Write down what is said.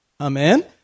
Amen